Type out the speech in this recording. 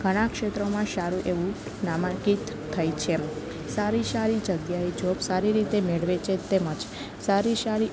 ઘણા ક્ષેત્રોમાં સારું એવું નામાંકિત થઈ છે સારી સારી જગ્યાએ જોબ સારી રીતે મેળવે છે તેમજ સારી સારી